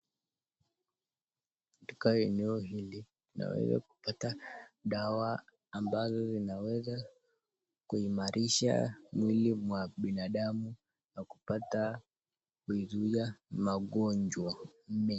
Katika eneo hili unaweza kupata dawa ambazo zinaweza kuimarisha mwili mwa binadamu nakupata kuizuia magojwa mengi.